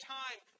time